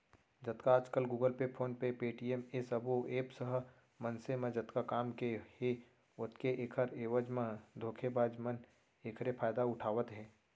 जतका आजकल Google Pay, PhonePe, Paytm ए सबो ऐप्स ह मनसे म जतका काम के हे ओतके ऐखर एवज म धोखेबाज मन एखरे फायदा उठावत हे